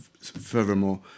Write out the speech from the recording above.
furthermore